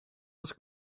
was